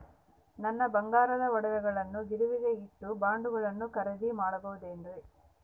ನನ್ನ ಬಂಗಾರದ ಒಡವೆಗಳನ್ನ ಗಿರಿವಿಗೆ ಇಟ್ಟು ಬಾಂಡುಗಳನ್ನ ಖರೇದಿ ಮಾಡಬಹುದೇನ್ರಿ?